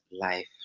life